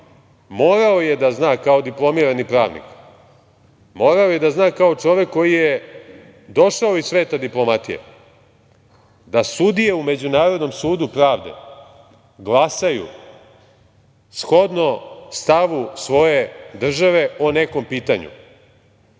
morao je da zna kao diplomirani pravnik, morao je da zna kao čovek koji je došao iz sveta diplomatije, da sudije u Međunarodnom sudu pravde glasaju shodno stavu svoje države o nekom pitanju.